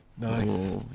Nice